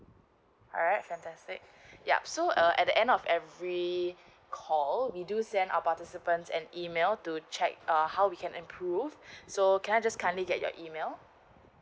alright fantastic yup so uh at the end of every call we do send our participants an email to check uh how we can improve so can I just kindly get your email